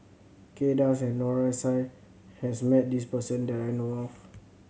Kay Das and Noor S I has met this person that I know of